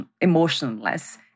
emotionless